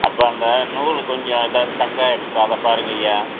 அப்போ அந்த நூல் கொஞ்சம் இதா ஸ்டக் ஆகிருக்கும் அதை பாருங்கய்யா